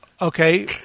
Okay